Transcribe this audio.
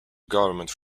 government